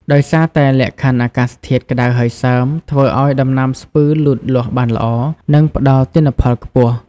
ដោយសារតែលក្ខខណ្ឌអាកាសធាតុក្ដៅហើយសើម ធ្វើឱ្យដំណាំស្ពឺលូតលាស់បានល្អ និងផ្ដល់ទិន្នផលខ្ពស់។